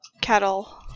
cattle